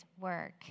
work